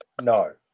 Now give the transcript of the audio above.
No